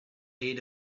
aid